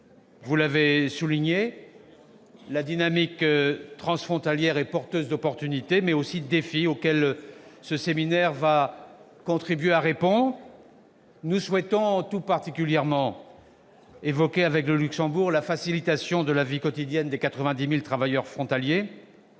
Vous l'avez souligné, la dynamique transfrontalière est porteuse d'opportunités, mais aussi de défis, auxquels le séminaire susvisé contribuera à répondre. Nous souhaitons tout particulièrement évoquer avec le Luxembourg la facilitation de la vie quotidienne des 90 000 travailleurs frontaliers,